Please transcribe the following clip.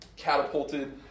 catapulted